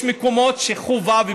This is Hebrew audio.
יש מקומות שחובה,